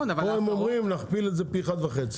פה הם אומרים להכפיל את זה פי אחד וחצי.